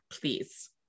please